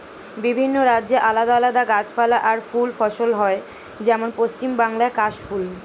বিভিন্ন রাজ্যে আলাদা আলাদা গাছপালা আর ফুল ফসল হয়, যেমন পশ্চিম বাংলায় কাশ ফুল